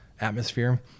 atmosphere